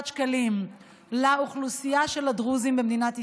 שקלים לאוכלוסייה של הדרוזים במדינת ישראל,